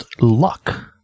luck